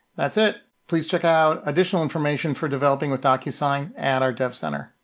that's it. please check out additional information for developing with docusign at our devcenter.